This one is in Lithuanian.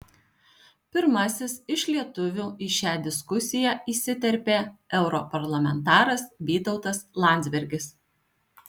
pirmasis iš lietuvių į šią diskusiją įsiterpė europarlamentaras vytautas landsbergis